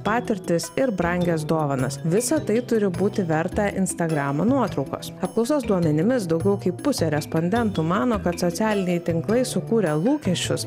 patirtis ir brangias dovanas visa tai turi būti verta instagramo nuotraukos apklausos duomenimis daugiau kaip pusė respondentų mano kad socialiniai tinklai sukūrė lūkesčius